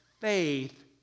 faith